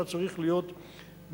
אתה צריך להיות מאוזן.